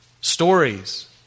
Stories